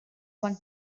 one